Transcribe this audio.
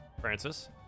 Francis